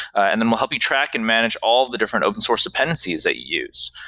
and then we'll help you track and manage all of the different open source dependencies that you use.